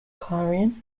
carrion